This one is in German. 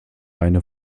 eine